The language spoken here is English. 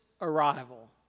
arrival